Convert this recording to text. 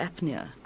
apnea